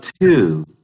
two